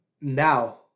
now